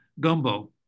gumbo